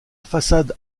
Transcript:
façade